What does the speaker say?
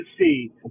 see